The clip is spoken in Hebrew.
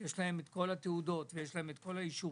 יש להם את כל התעודות ואת כל האישורים,